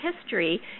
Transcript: history